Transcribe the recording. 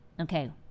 Okay